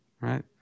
right